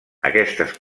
aquestes